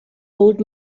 old